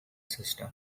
system